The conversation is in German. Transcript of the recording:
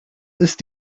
ist